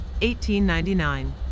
1899